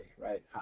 right